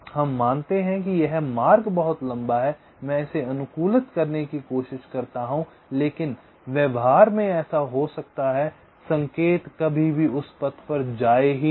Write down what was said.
हम मानते हैं कि यह मार्ग बहुत लंबा है मैं इसे अनुकूलित करने की कोशिश करता हूँ लेकिन व्यवहार में ऐसा हो सकता है संकेत कभी भी उस पथ पर जाये ही नहीं